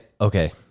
Okay